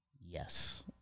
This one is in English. Yes